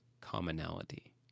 commonality